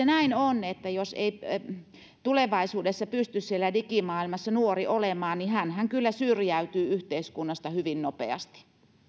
näin on että jos ei tulevaisuudessa pysty siellä digimaailmassa nuori olemaan niin hänhän kyllä syrjäytyy yhteiskunnasta hyvin nopeasti